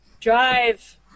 drive